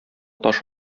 таш